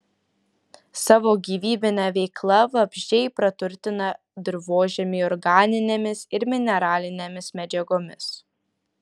savo gyvybine veikla vabzdžiai praturtina dirvožemį organinėmis ir mineralinėmis medžiagomis